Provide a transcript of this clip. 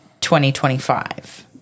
2025